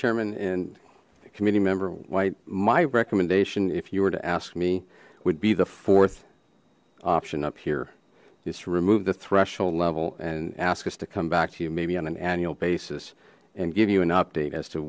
chairman in a committee member why my recommendation if you were to ask me would be the fourth option up here just to remove the threshold level and ask us to come back to you maybe on an annual basis and give you an update as to